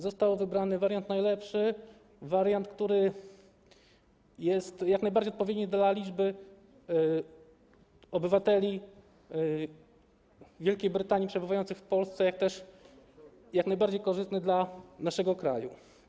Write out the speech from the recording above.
Został wybrany wariant najlepszy, wariant, który jest jak najbardziej odpowiedni ze względu na liczbę obywateli Wielkiej Brytanii przebywających w Polsce, jak też jak najbardziej korzystny dla naszego kraju.